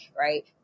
Right